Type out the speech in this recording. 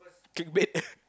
clickbait